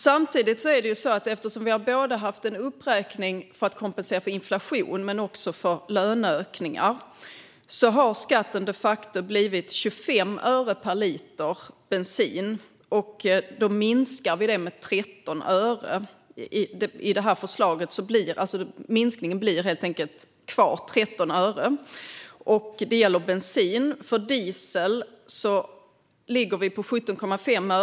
Samtidigt är det så att eftersom vi haft en uppräkning för att kompensera för inflation men också för löneökningar har skatten de facto blivit 25 öre per liter bensin. I förslaget minskar vi det till 13 öre. Kvar blir alltså 13 öre. Det gäller bensin. Diesel ligger på 17,5 öre.